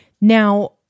Now